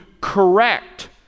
correct